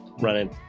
running